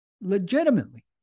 legitimately